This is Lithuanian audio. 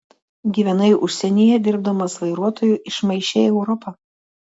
gyvenai užsienyje dirbdamas vairuotoju išmaišei europą